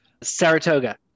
Saratoga